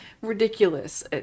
Ridiculous